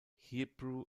hebrew